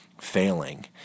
failing